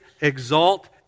exalt